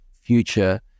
future